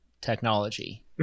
technology